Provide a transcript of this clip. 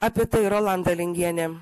apie tai rolanda lingienė